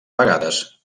vegades